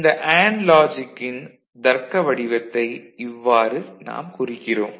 இந்த அண்டு லாஜிக்கின் தர்க்க வடிவத்தை இவ்வாறு நாம் குறிக்கிறோம்